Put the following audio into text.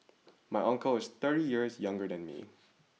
my uncle is thirty years younger than me